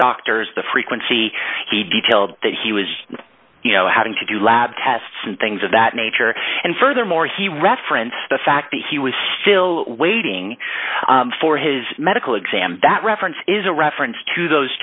doctors the frequency he detailed that he was you know having to do lab tests and things of that nature and furthermore he referenced the fact that he was still waiting for his medical exam that reference is a reference to those